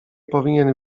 powinien